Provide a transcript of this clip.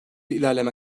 ilerleme